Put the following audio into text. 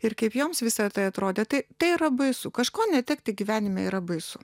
ir kaip joms visa tai atrodė tai tai yra baisu kažko netekti gyvenime yra baisu